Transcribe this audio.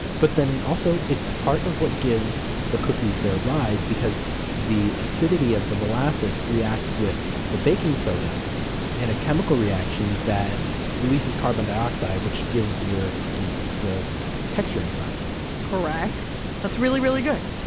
but then also it's part of what gives the cookies their rise because the acidity of the molasses reacts with the baking soda in a chemical reaction that releases carbon dioxide, which gives your cookies the texture inside correct. that's really, really good.